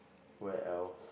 where else